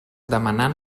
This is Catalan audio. demanant